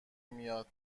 میاد